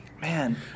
man